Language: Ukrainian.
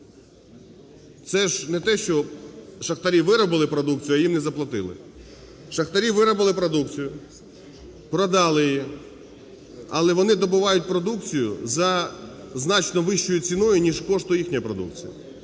Це ж не те що шахтарі виробили продукцію, а їм не заплатили. Шахтарі виробили продукцію, продали її, але вони добувають продукцію за значно вищою ціною, ніж коштує їхня продукція.